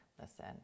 Listen